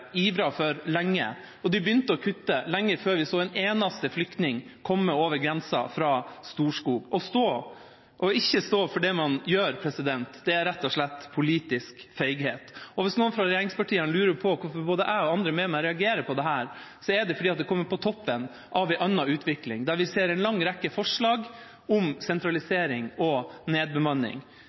begynte å kutte lenge før vi så en eneste flyktning komme over grensa på Storskog. Ikke å stå for det man gjør, er rett og slett politisk feighet. Og hvis noen fra regjeringspartiene lurer på hvorfor både jeg og andre med meg reagerer på dette, så er det fordi det kommer på toppen av en annen utvikling der vi ser en lang rekke forslag om sentralisering og nedbemanning,